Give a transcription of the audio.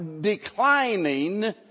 declining